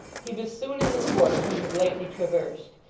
he was soon in the quarter he had lately traversed,